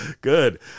Good